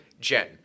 Jen